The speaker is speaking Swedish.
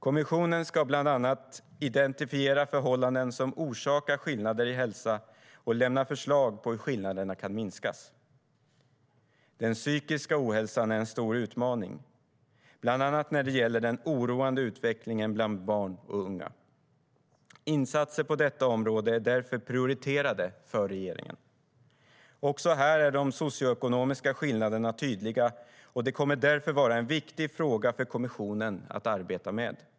Kommissionen ska bland annat identifiera förhållanden som orsakar skillnader i hälsa och lämna förslag på hur skillnaderna kan minskas. Den psykiska ohälsan är en stor utmaning, bland annat när det gäller den oroande utvecklingen bland barn och unga. Insatser på detta område är därför prioriterade för regeringen. Också här är de socioekonomiska skillnaderna tydliga, och det kommer därför att vara en viktig fråga för kommissionen att arbeta med.